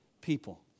people